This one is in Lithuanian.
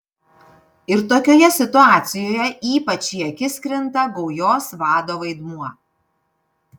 ir tokioje situacijoje ypač į akis krinta gaujos vado vaidmuo